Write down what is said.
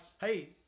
hey